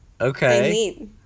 okay